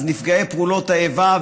אז נפגעי פעולות האיבה,